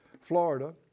Florida